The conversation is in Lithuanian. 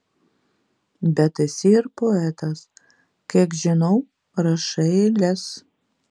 bet esi ir poetas kiek žinau rašai eiles